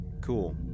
cool